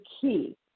key